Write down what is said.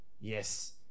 Yes